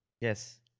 yes